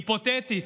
היפותטית,